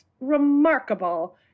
remarkable